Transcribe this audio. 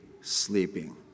sleeping